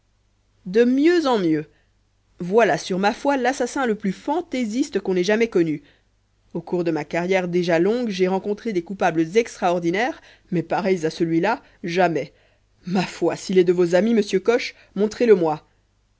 de mieux en mieux voilà sur ma foi l'assassin le plus fantaisiste qu'on ait jamais connu au cours de ma carrière déjà longue j'ai rencontré des coupables extraordinaires mais pareils à celui-là jamais ma foi s'il est de vos amis monsieur coche montrez le moi